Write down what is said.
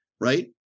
right